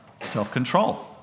self-control